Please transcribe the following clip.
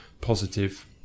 positive